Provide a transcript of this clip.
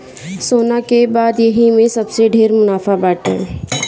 सोना के बाद यही में सबसे ढेर मुनाफा बाटे